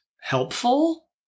helpful